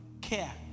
care